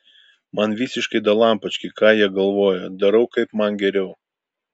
man visiškai dalampački ką jie galvoja darau kaip man geriau